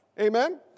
amen